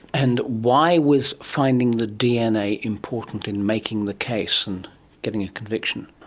and why was finding the dna important in making the case and getting a conviction?